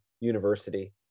university